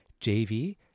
Jv